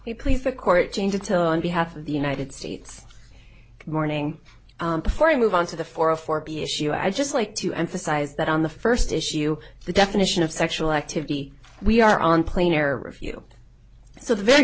to please the court change until on behalf of the united states morning before i move on to the for a for b issue i just like to emphasize that on the first issue the definition of sexual activity we are on planar review so the very